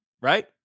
right